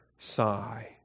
sigh